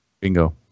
Bingo